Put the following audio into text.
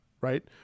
right